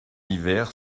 l’hiver